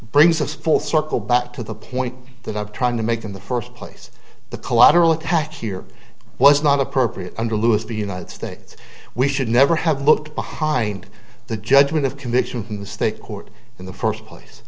brings us full circle back to the point that i'm trying to make in the first place the collateral attack here was not appropriate under louis the united states we should never have looked behind the judgment of conviction in the state court in the first place